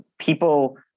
people